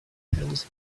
hands